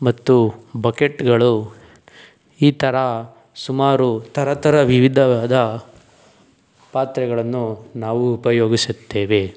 ಮತ್ತು ಬಕೆಟ್ಗಳು ಈ ಥರ ಸುಮಾರು ಥರ ಥರ ವಿವಿಧದ ಪಾತ್ರೆಗಳನ್ನು ನಾವು ಉಪಯೋಗಿಸುತ್ತೇವೆ